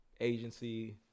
agency